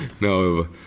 No